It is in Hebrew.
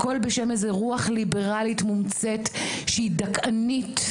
הכול בשם איזו רוח ליברלית מומצאת שהיא דכאנית.